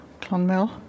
Clonmel